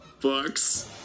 books